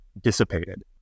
dissipated